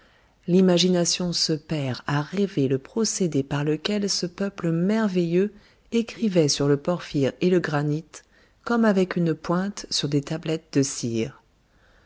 l'imagination se perd à rêver le procédé par lequel ce peuple merveilleux écrivait sur le porphyre et le granit comme avec une pointe sur des tablettes de cire